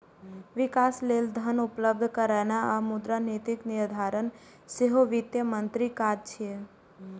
विकास लेल धन उपलब्ध कराना आ मुद्रा नीतिक निर्धारण सेहो वित्त मंत्रीक काज छियै